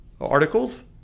articles